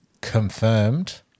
confirmed